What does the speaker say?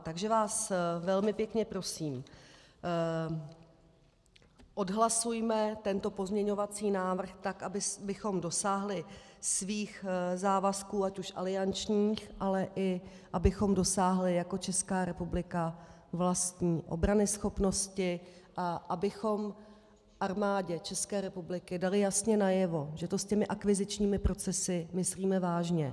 Takže vás velmi pěkně prosím, odhlasujme tento pozměňovací návrh tak, abychom dosáhli svých závazků, ať už aliančních, ale i abychom dosáhli jako Česká republika vlastní obranyschopnosti a abychom Armádě České republiky dali jasně najevo, že to s těmi akvizičními procesy myslíme vážně.